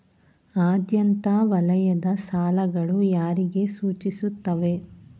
ಆದ್ಯತಾ ವಲಯದ ಸಾಲಗಳು ಯಾರಿಗೆ ಸೂಚಿಸುತ್ತವೆ?